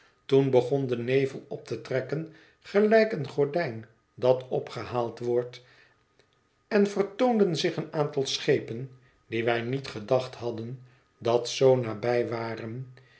toen begon de nevel op te trekken gelijk een gordijn dat opgehaald wordt en vertoonden zich een aantal schepen die wij niet gedacht hadden dat zoo nabij waren